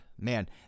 man